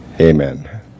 amen